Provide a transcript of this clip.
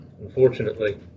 Unfortunately